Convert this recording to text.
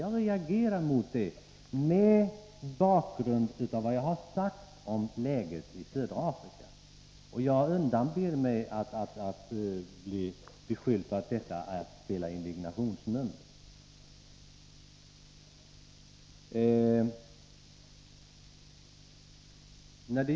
Jag reagerar mot detta mot bakgrund av vad jag sagt om läget i södra 59 Afrika, och jag undanber mig beskyllningar för att ha uppfört indignationsnummer.